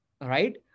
Right